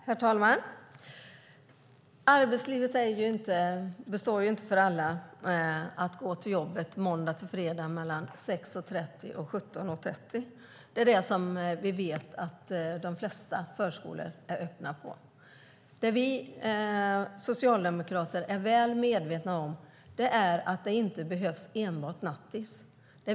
Herr talman! Arbetslivet innebär inte för alla att gå till jobbet måndag till fredag mellan 6.30 och 17.30. Det är de tider som vi vet att de flesta förskolor är öppna. Vi socialdemokrater är väl medvetna om att det inte behövs enbart nattis.